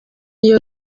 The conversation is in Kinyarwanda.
iyo